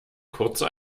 kurze